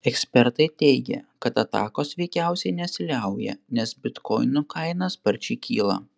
ekspertai teigia kad atakos veikiausiai nesiliauja nes bitkoinų kaina sparčiai kyla